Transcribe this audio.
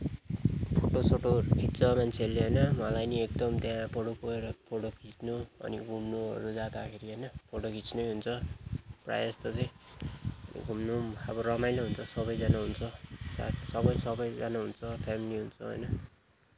photo सोटोहरू खिच्छ मान्छेहरूले होइन मलाई नि एकदम त्यहाँ गएर फोटो खिच्नु अनि घुम्नु ओर्नु जाँदाखेरि होइन फोटो खिच्नै हुन्छ प्राय जस्तो चाहिँ घुम्नु पनि अब रमाइलो हुन्छ सबैजना हुन्छ साथ सबै सबैजना हुन्छ फेमिली हुन्छ होइन